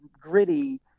gritty